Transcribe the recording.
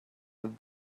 that